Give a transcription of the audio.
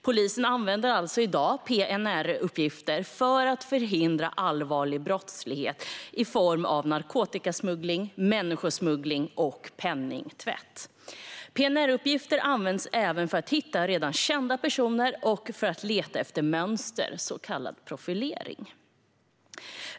Polisen använder alltså i dag PNR-uppgifter för att förhindra allvarlig brottslighet i form av narkotikasmuggling, människosmuggling och penningtvätt. PNR-uppgifter används även för att hitta redan kända personer och för att leta efter mönster, så kallad profilering.